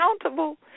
accountable